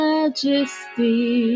Majesty